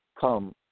come